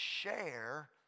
share